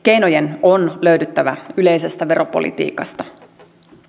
keinojen on löydyttävä yleisestä veropolitiikasta